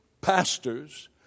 pastors